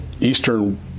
eastern